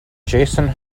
jason